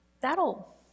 that'll